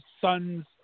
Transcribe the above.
son's